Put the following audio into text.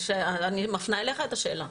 אני מפנה אליך את השאלה.